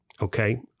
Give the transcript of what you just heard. Okay